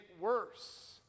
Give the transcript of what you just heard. worse